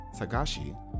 Sagashi